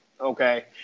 okay